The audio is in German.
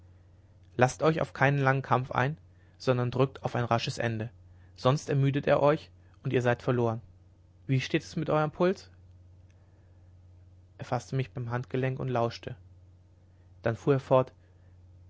laßt euch auf keinen langen kampf ein sondern drückt auf ein rasches ende sonst ermüdet er euch und ihr seid verloren wie steht es mit eurem puls er faßte mich beim handgelenk und lauschte dann fuhr er fort